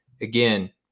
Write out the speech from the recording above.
again